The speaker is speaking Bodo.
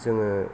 जोङो